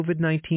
COVID-19